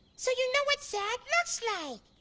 so you know what sad looks like.